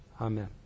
amen